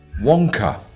wonka